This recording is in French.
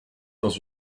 dans